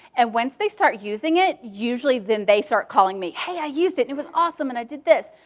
and once they start using it, usually then they start calling me. hey, i used it and it was awesome, and i did this.